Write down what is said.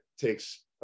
takes